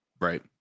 Right